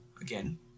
again